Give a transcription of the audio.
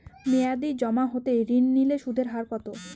মেয়াদী জমা হতে ঋণ নিলে সুদের হার কত?